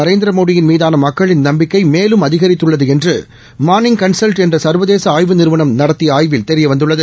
நரேந்திரமோடியின் மீதான மக்களின் நம்பிக்கை மேலும் அதிகித்துள்ளது என்று மாா்ளிங் கன்சல்ட் என்ற சா்வதேச ஆய்வு நிறுவனம் நடத்திய ஆய்வில் தெரிய வந்துள்ளது